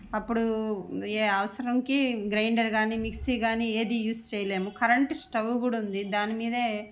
అప్పుడు ఏ అవసరంకి గ్రైండర్ కానీ మిక్సీ కానీ ఏది యూజ్ చేయలేము కరెంటు స్టవ్ కూడా ఉంది దాని మీదే